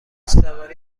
سواری